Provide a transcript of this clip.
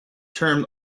term